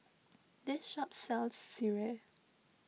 this shop sells Sireh